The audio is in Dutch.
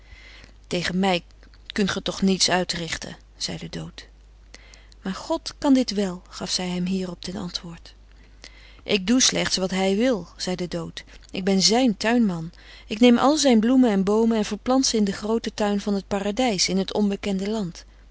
tegen mij kunt ge toch niets uitrichten zei de dood maar god kan dit wel gaf zij hem hierop ten antwoord ik doe slechts wat hij wil zei de dood ik ben zijn tuinman ik neem al zijn bloemen en boomen en verplant ze in den grooten tuin van het paradijs in het onbekende land